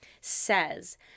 says